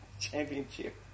Championship